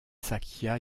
sakya